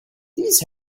these